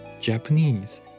Japanese